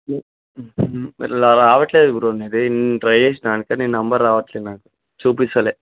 లా రావట్లేదు బ్రో నీది ట్రై చేసినా అందుకే నీ నంబర్ రావట్లేదు నాకు చూపిస్తలే